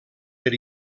per